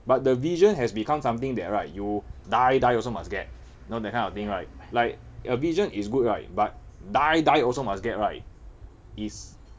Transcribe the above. but the vision has become something that right you die die also must get you know that kind of thing right like a vision is good right but die die also must get right is